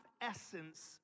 essence